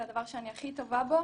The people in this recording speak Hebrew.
זה הדבר שהכי טובה בו